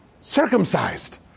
circumcised